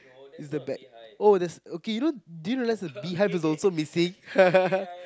the bag oh there's okay you know do you realize the bee hive is also missing